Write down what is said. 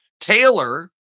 Taylor